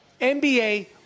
NBA